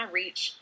reach